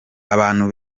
abantu